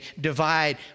divide